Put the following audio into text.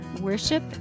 worship